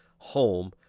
home